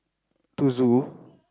to zoo